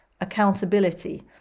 accountability